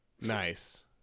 Nice